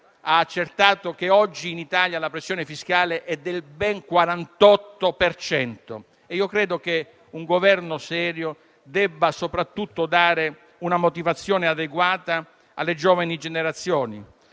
ha accertato che oggi in Italia la pressione fiscale è ben del 48 per cento. Io credo che un Governo serio debba soprattutto dare una motivazione adeguata alle giovani generazioni,